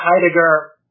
Heidegger